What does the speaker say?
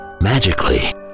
magically